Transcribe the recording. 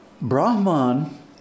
Brahman